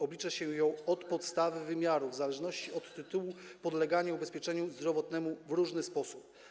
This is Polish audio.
Oblicza się ją od podstawy wymiaru w zależności od tytułu podlegania ubezpieczeniu zdrowotnemu w różny sposób.